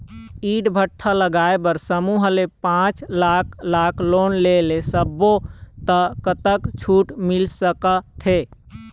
ईंट भट्ठा लगाए बर समूह ले पांच लाख लाख़ लोन ले सब्बो ता कतक छूट मिल सका थे?